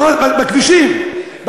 בכבישים,